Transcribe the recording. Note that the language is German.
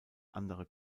andere